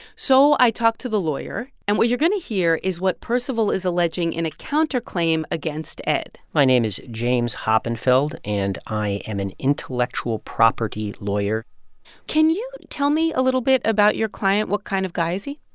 so i talked to the lawyer, and what you're going to hear is what percival is alleging in a counterclaim against ed my name is james hopenfeld, and i am an intellectual property lawyer can you tell me a little bit about your client? what kind of guy is